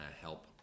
help